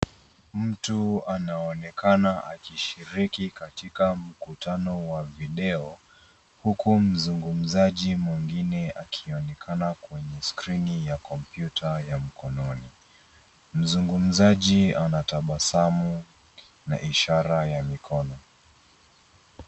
Mtu anaonekana akishiriki katika mkutano wa video huku mzungumzaji mwingine akinekana kwenye skrini ya kompyuta ya mkononi, mzungumzaji anatabasamu na ishara ya mikono.